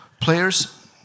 players